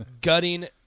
gutting